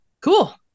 Cool